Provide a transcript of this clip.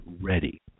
ready